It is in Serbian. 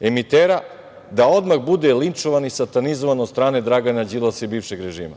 emitera, da odmah bude linčovan i satanizovan od strane Dragana Đilasa i bivšeg režima.